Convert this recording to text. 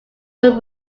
were